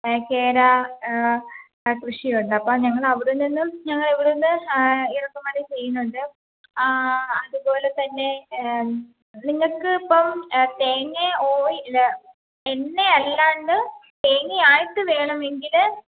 കേര കൃഷിയുണ്ട് അപ്പം ഞങ്ങൾ അവിടെ നിന്നും ഞങ്ങളിവിടുന്ന് ഇറക്കുമതി ചെയ്യുന്നുണ്ട് അതുപോലെ തന്നെ നിങ്ങൾക്കിപ്പം തേങ്ങ ഓയില് ല എണ്ണ അല്ലാണ്ട് തേങ്ങയായിട്ട് വേണമെങ്കിൽ